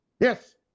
Yes